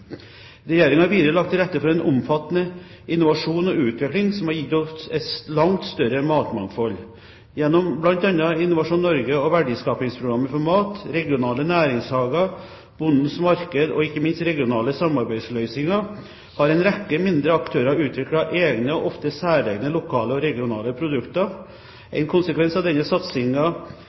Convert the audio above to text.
har videre lagt til rette for en omfattende innovasjon og utvikling, som har gitt oss et langt større matmangfold. Gjennom bl.a. Innovasjon Norge og Verdiskapingsprogrammet for mat, regionale næringshager, Bondens Marked og, ikke minst, regionale samarbeidsløsninger har en rekke mindre aktører utviklet egne og ofte særegne lokale og regionale produkter. En konsekvens av denne